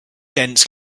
dense